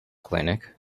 clinic